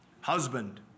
husband